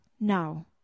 now